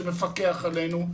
שמפקח עלינו.